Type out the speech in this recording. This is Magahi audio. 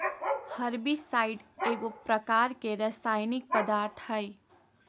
हर्बिसाइड एगो प्रकार के रासायनिक पदार्थ हई